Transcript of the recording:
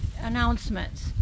announcements